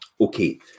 Okay